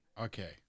okay